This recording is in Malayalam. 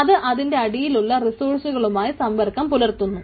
അത് അതിന്റെ അടിയിലുള്ള റിസ്സോഴ്സുകളുമായി സംമ്പർക്കും പുലർത്തുന്നു